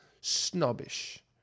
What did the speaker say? snobbish